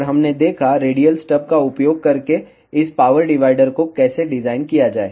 और हमने देखा रेडियल स्टब का उपयोग करके इस पावर डिवाइडर को कैसे डिज़ाइन किया जाए